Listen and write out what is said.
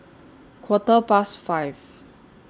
Quarter Past five